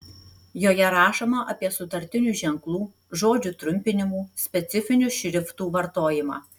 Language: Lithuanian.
joje rašoma apie sutartinių ženklų žodžių trumpinimų specifinių šriftų vartojimą